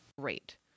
Great